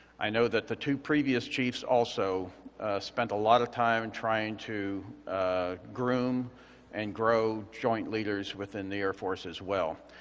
i know that the two previous chiefs also spent a lot of time and trying to groom and grow joint leaders within the air force as well.